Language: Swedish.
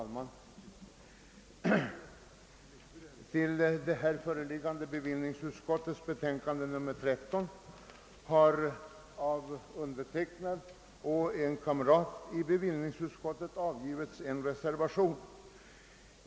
Herr talman! Vid förevarande betänkande nr 13 från bevillningsutskottet har av undertecknad och en kamrat i bevillningsutskottet fogats en reservation.